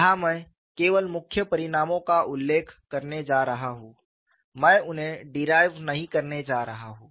यहां मैं केवल मुख्य परिणामों का उल्लेख करने जा रहा हूं मैं उन्हें डिराइव नहीं करने जा रहा हूं